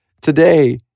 today